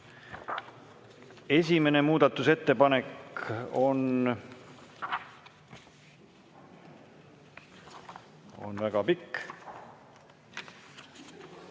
Esimene muudatusettepanek on väga pikk,